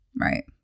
Right